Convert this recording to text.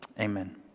Amen